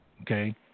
Okay